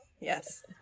Yes